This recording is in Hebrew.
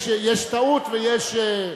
יש טעות ויש,